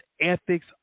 ethics